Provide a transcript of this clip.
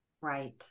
Right